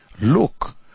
Look